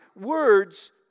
words